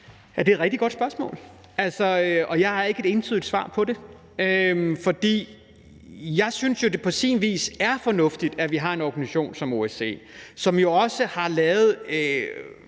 at det er et rigtig godt spørgsmål, altså, og jeg har ikke et entydigt svar på det. For jeg synes jo, det på sin vis er fornuftigt, at vi har en organisation som OSCE, som også har lavet